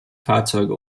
fahrzeuge